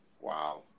Wow